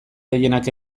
gehienak